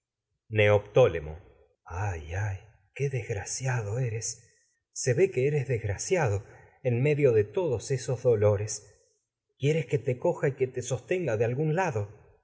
neoptólemo vé ay ay en qué desgraciado esos eres se que eres desgraciado te coja medio de todos te sostenga dolores quiex es que y que de de algún lado